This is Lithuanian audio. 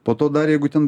po to dar jeigu ten